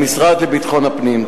למשרד לביטחון הפנים.